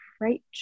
right